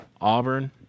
Auburn